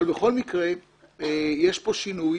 אבל בכל מקרה, יש פה שינוי.